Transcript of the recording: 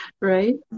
right